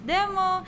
Demo